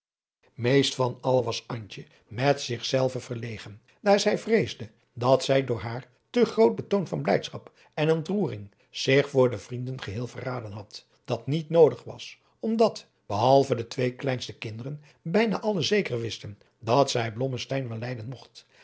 meest van allen was antje met zich zelve verlegen daar zij vreesde dat zij door haar te groot betoon van blijdschap en ontroering zich voor de vrienden geheel verraden had dat niet noodig was omdat behalve de twee kleinste kinderen bijna alle zeker wisten dat zij blommesteyn wel lijden mogt